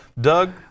Doug